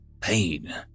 pain